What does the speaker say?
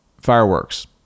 fireworks